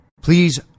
Please